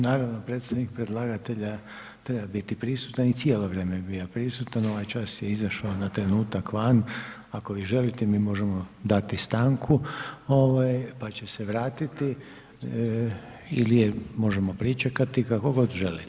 Naravno, predstavnik predlagatelja treba biti prisutan i cijelo vrijeme je bio prisutan, ovaj čas je izašao na trenutak van, ako vi želite mi možemo dati stanku pa će se vratiti ili je možemo pričekati, kako god želite.